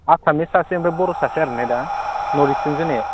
आसामनि सासे ओमफ्राय बर' सासे आरो ने दा नर्थइस्टजों जोनाया